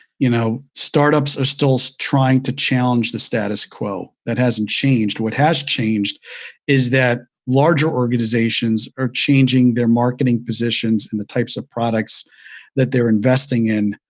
you know startups are still so trying to challenge the status quo. that hasn't changed. what has changed is that larger organizations are changing their marketing positions and the types of products that they're investing in.